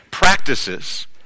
practices